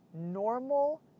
normal